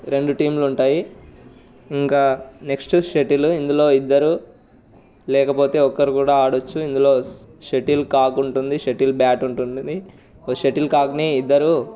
రెండు టీంలుంటాయి ఇంకా నెక్స్ట్ షటిల్ ఇందులో ఇద్దరు లేకపోతే ఒక్కరు కూడా ఆడొచ్చు ఇందులో షటిల్ కాకుంటుంది షటిల్ బ్యాట్ ఉంటుంది ఒక షటిల్ కాక్ని ఇద్దరు